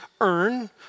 earn